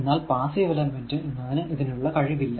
എന്നാൽ passive element എന്നതിന് ഇതിനുള്ള കഴിവില്ല